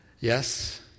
yes